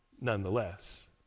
nonetheless